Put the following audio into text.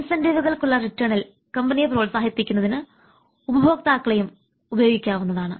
ഇൻസെൻറ്റീവ്കൾക്കുള്ള റിട്ടേണിൽ കമ്പനിയെ പ്രോത്സാഹിപ്പിക്കുന്നതിന് ഉപഭോക്താക്കളെയും റിക്രൂട്ട് ചെയ്യാവുന്നതാണ്